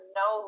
no